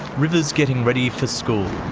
river is getting ready for school.